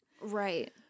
right